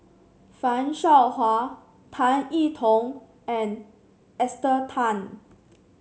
Fan Shao Hua Tan E Tong and Esther Tan